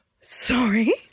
Sorry